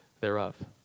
thereof